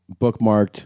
bookmarked